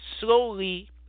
slowly